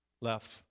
left